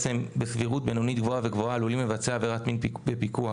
שבסבירות בינונית-גבוהה וגבוהה עלולים לבצע עבירת מין בפיקוח,